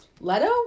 Leto